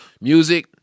Music